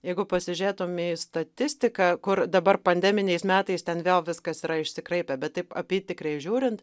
jeigu pasižiūrėtum į statistiką kur dabar pandeminiais metais ten vėl viskas yra išsikraipę bet taip apytikriai žiūrint